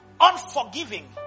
unforgiving